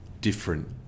different